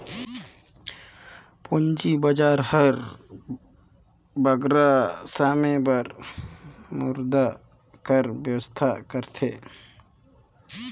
पूंजी बजार हर बगरा समे बर मुद्रा कर बेवस्था करथे